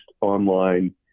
online